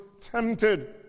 tempted